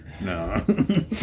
No